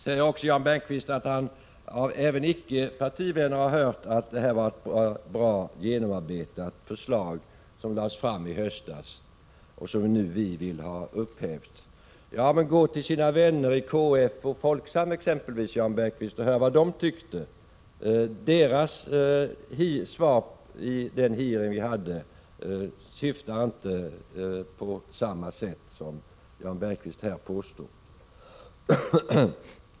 Sedan säger Jan Bergqvist att han av icke partivänner har hört att det förslag som lades fram i höstas — och som vi nu vill ha upphävt — var ett bra genomarbetat förslag. Gå till era vänner i exempelvis KF och Folksam, Jan Bergqvist, och hör vad de tycker! Deras svar vid den hearing vi hade har inte den innebörd som Jan Bergqvist här talar om.